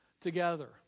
together